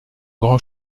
grand